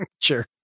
Sure